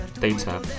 data